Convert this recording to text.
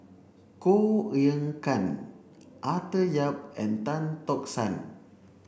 Koh Eng Kian Arthur Yap and Tan Tock San